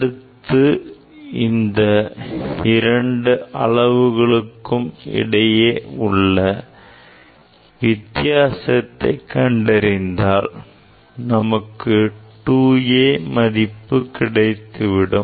அடுத்து இந்த இரண்டு அளவுகளுக்கு இடையே உள்ள வித்தியாசத்தை கண்டறிந்தால் நமக்கு 2A மதிப்பு கிடைத்துவிடும்